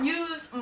use